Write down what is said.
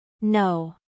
No